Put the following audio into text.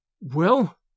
Well